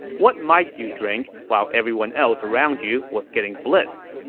what might you drink while everyone else around you was getting blitzed?